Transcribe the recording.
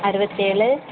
அறுவத்தேழு